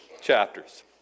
chapters